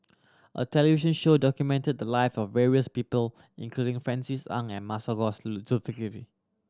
a television show documented the lives of various people including Francis Ng and Masagos Zulkifli